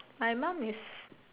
my mom is